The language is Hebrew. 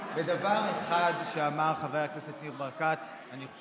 בדבר אחד, חבר הכנסת קרעי, אל תפריע לי.